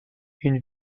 une